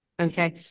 Okay